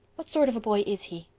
what sort of a boy is he?